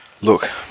Look